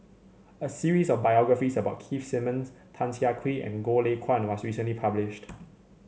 a series of biographies about Keith Simmons Tan Siah Kwee and Goh Lay Kuan was recently published